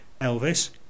Elvis